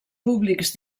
públics